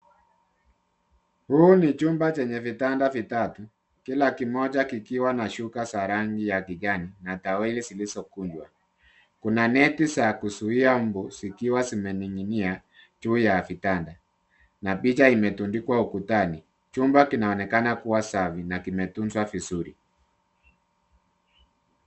Huu ni chumba chenye vitanda vitatu kila kimoja kikiwa na shuka za rangi ya kijani na taweli zilizokunjwa. Kuna neti za kuzuia mbu zikiwa zimening'inia juu ya vitanda na picha imetundikwa ukutani. Chumba kinaonekana kuwa safi na kimetuzwa vizuri.